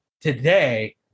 today